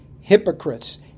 hypocrites